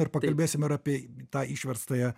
ir pakalbėsim ir apie tą išverstąją